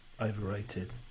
overrated